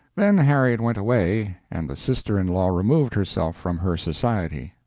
then harriet went away, and the sister-in-law removed herself from her society.